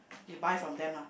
you buy from them lah